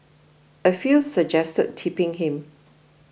a few suggested tipping him